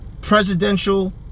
presidential